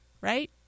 Right